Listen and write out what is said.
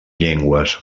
llengües